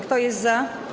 Kto jest za?